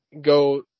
go